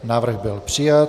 Návrh byl přijat.